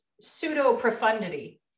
pseudo-profundity